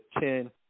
Ten